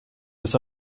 was